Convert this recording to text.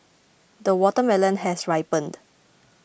the watermelon has ripened